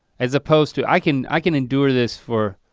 as opposed to, i can i can endure this for,